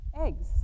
eggs